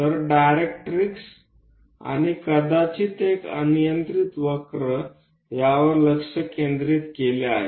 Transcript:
तर डायरेक्ट्रिक्स आणि कदाचित एक अनियंत्रित वक्रयावर फोकस आहे